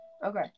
Okay